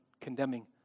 condemning